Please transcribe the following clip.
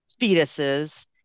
fetuses